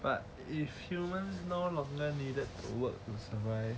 but if humans no longer needed to work to survive